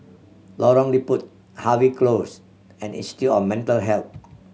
Lorong Liput Harvey Close and Institute of Mental Health